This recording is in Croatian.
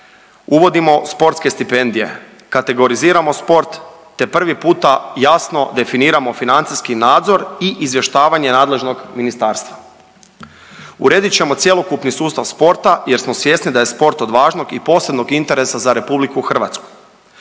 uvodimo sportske stipendije, kategoriziramo sport, te prvi puta jasno definiramo financijski nadzor i izvještavanje nadležnog ministarstva. Uredit ćemo cjelokupni sustav sporta jer smo svjesni da je sport od važnog i posebnog interesa za RH.